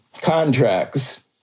contracts